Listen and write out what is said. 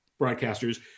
broadcasters